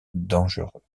dangereux